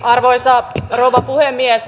arvoisa rouva puhemies